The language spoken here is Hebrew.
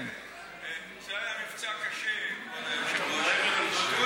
זה היה מבצע קשה, כבוד היושב-ראש.